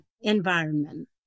environment